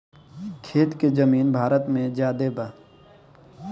खेती के जमीन भारत मे ज्यादे बा